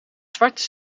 zwarte